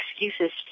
excuses